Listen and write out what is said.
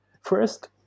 First